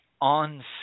on